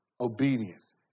obedience